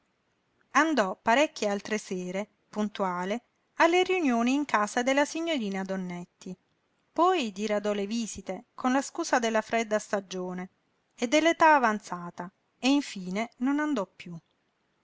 andò parecchie altre sere puntuale alle riunioni in casa della signorina donnetti poi diradò le visite con la scusa della fredda stagione e dell'età avanzata infine non andò piú